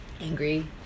angry